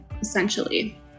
essentially